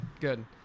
good